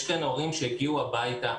יש כאן הורים שהגיעו הביתה,